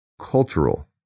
cultural